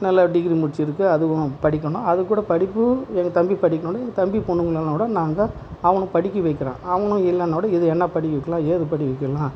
நல்ல டிகிரி முடித்திருக்கு அதுவும் படிக்கணும் அது கூட படிப்பு எங்கள் தம்பி படிக்கலை எங்கள் தம்பி பொண்ணுங்களை கூட நாங்கள் தான் அவனும் படிக்க வைக்கிறான் அவனும் இல்லைனா கூட எது என்ன படிக்க வைக்கலாம் ஏது படிக்க வைக்கலாம்